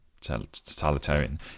totalitarian